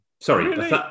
Sorry